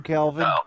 Kelvin